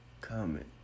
Comment